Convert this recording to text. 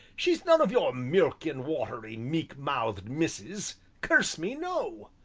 she's none of your milk-and-watery, meek-mouthed misses curse me, no!